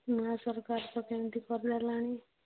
ନୂଆ ସରକାର ତ କେମିତି କରିଦେଲାଣି